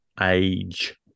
age